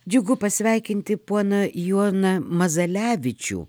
džiugu pasveikinti poną joną mazalevičių